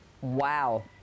Wow